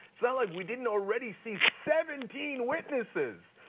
it's not like we didn't already see seventeen witnesses.